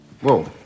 Whoa